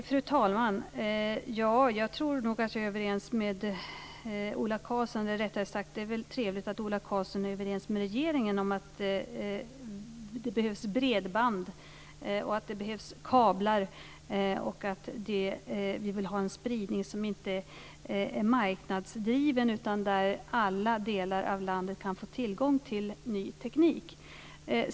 Fru talman! Ja, jag tror nog att jag är överens med Ola Karlsson, eller rättare sagt: Det är väl trevligt att Ola Karlsson är överens med regeringen om att det behövs bredband och kablar och om att vilja ha en spridning som inte är marknadsdriven utan där alla delar av landet kan få tillgång till ny teknik.